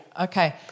Okay